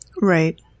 Right